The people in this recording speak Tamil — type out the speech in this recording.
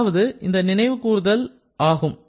முதலாவது இந்த நினைவு கூர்தல் ஆகும்